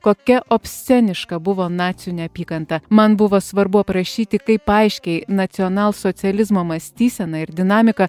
kokia obsceniška buvo nacių neapykanta man buvo svarbu aprašyti kaip aiškiai nacionalsocializmo mąstysena ir dinamika